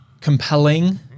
compelling